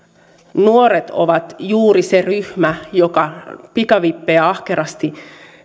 nuoret ovat juuri se ryhmä joka pikavippejä ahkerasti